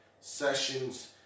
sessions